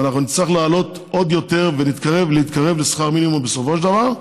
אבל נצטרך להעלות עוד יותר ולהתקרב לשכר מינימום בסופו של דבר.